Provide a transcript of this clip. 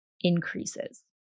increases